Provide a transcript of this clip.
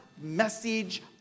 message